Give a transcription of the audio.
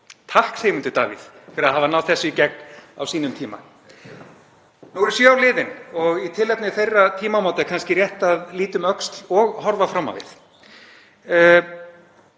Takk, Sigmundur Davíð, fyrir að hafa náð þessu í gegn á sínum tíma. Nú eru sjö ár liðin og í tilefni þeirra tímamóta er kannski rétt að líta um öxl og horfa fram á við.